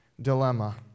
Dilemma